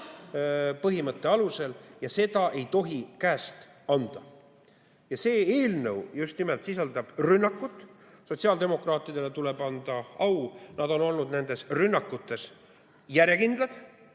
põhimõtet ei tohi käest anda. Aga see eelnõu just nimelt sisaldab rünnakut. Sotsiaaldemokraatidele tuleb au anda, nad on olnud nendes rünnakutes järjekindlad.